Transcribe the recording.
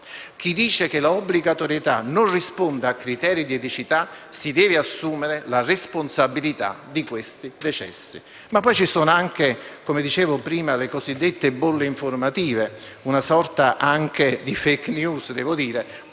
chi dice che l'obbligatorietà non risponde a criteri di eticità si deve assumere la responsabilità di questi decessi. Ma poi ci sono anche, come dicevo prima, le cosiddette bolle informative, una sorta di *fake* *news*, che